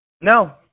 No